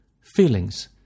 Feelings